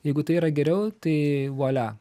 jeigu tai yra geriau tai vualia